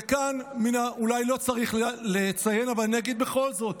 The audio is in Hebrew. וכאן, אולי לא צריך לציין, אבל אני אגיד בכל זאת,